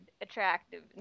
attractive